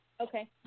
Okay